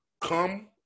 come